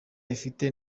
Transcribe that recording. ifite